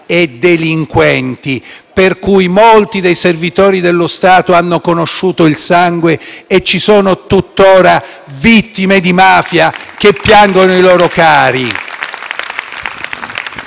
e delinquenti: molti dei servitori dello Stato hanno conosciuto il sangue e ci sono tuttora vittime di mafia che piangono i loro cari.